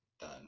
done